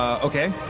okay,